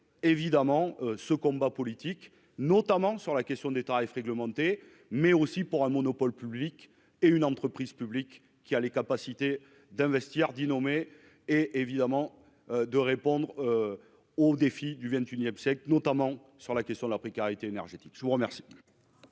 évidemment ce combat politique, notamment sur la question des temps à effet réglementé, mais aussi pour un monopole public et une entreprise publique qui a les capacités d'investir 10 nommé et évidemment. De répondre. Aux défis du XXIe siècle, notamment sur la question de la précarité énergétique. Je vous remercie.